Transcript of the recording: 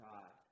God